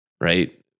right